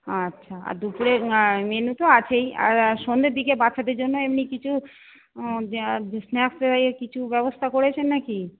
আচ্ছা আর দুপুরের মেনু তো আছেই আর সন্ধের দিকে বাচ্চাদের জন্য এমনি কিছু স্ন্যাক্সের কিছু ব্যবস্থা করেছেন নাকি